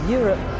Europe